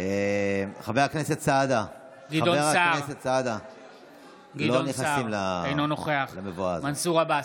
גדעון סער, אינו נוכח מנסור עבאס,